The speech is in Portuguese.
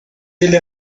ele